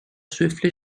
swiftly